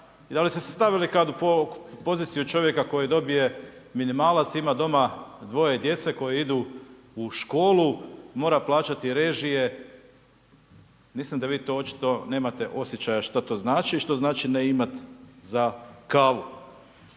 da li ste se stavili kada u poziciju čovjeka koji dobije minimalac ima doma dvoje djece koje idu u školu, mora plaćati režije? Mislim da vi to očito nemate osjećaja što to znači i što znači ne imati za kavu.